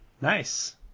Nice